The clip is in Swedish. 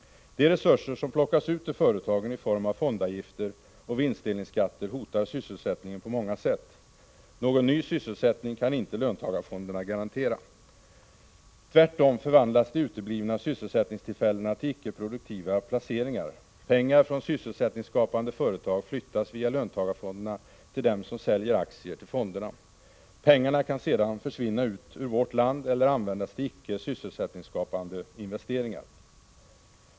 De resurser som plockas ut ur företagen i form av fondavgifter och vinstdelningsskatter hotar sysselsättningen på många sätt. Någon ny sysselsättning kan inte löntagarfonderna garantera. Tvärtom förvandlas de uteblivna sysselsättningstillfällena till icke produktiva placeringar. Pengar från sysselsättningsskapande företag flyttas via löntagarfonderna till dem som säljer aktier till fonderna. Pengarna kan sedan försvinna ut ur vårt land eller användas till icke sysselsättningsskapande investeringar.